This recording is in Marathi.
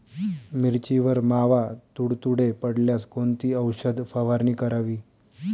मिरचीवर मावा, तुडतुडे पडल्यास कोणती औषध फवारणी करावी?